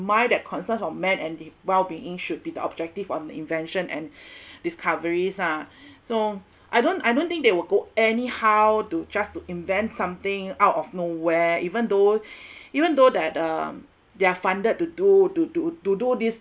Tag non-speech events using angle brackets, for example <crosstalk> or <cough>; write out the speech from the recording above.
mind that concerns of man and the well being should be the objective on the invention and <breath> discoveries lah <breath> so I don't I don't think they will go anyhow to just to invent something out of nowhere even though <breath> even though that um they're funded to do to to to do this